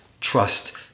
trust